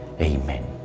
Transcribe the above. Amen